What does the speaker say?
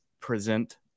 present